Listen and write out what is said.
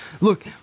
look